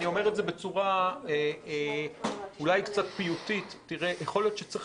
אני אומר את זה בצורה קצת פיוטית: יכול להיות שצריך